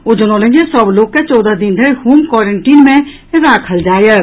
ओ जनौलनि जे सभ लोक के चौदह दिन धरि होम क्वारेंटीन मे राखल जायत